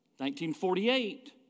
1948